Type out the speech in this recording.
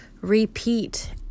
repeat